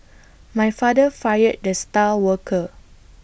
my father fired the star worker